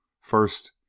First